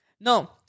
No